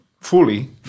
fully